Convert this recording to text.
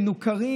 מנוכרים.